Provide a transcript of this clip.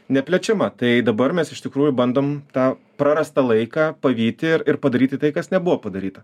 neplečiama tai dabar mes iš tikrųjų bandom tą prarastą laiką pavyti ir ir padaryti tai kas nebuvo padaryta